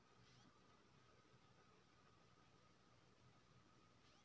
KYC कर दलियै sir कल पैसा निकाल सकलियै सर?